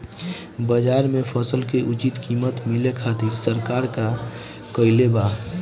बाजार में फसल के उचित कीमत मिले खातिर सरकार का कईले बाऽ?